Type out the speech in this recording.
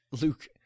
Luke